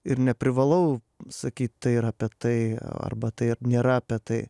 ir neprivalau sakyt tai yra apie tai arba tai nėra apie tai